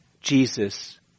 Jesus